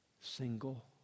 single